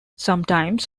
sometimes